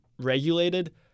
regulated